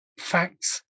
facts